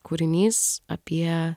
kūrinys apie